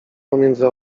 pomiędzy